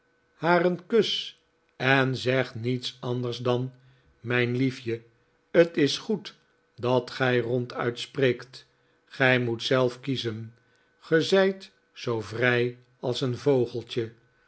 haar een kus en zeg niets anders dan mijn liefje t is goed dat gij ronduit spreekt gij moet zelf kiezen ge zijt zoo vrij als een vogeltje